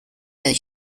that